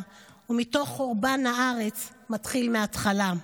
/ ומתוך חורבן הארץ / מתחיל מהתחלה.